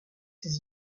ses